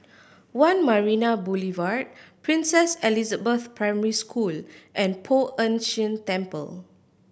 One Marina Boulevard Princess Elizabeth Primary School and Poh Ern Shih Temple